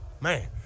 man